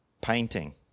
Painting